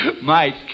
Mike